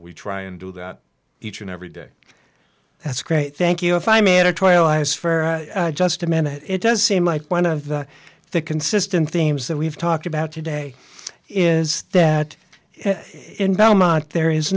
we try and do that each and every day that's great thank you if i made a trial as for just a minute it does seem like one of the consistent themes that we've talked about today is that in belmont there is